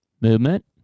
Movement